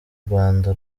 rwanda